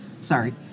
Sorry